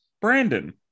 Brandon